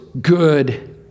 good